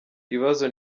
ibibazo